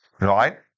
Right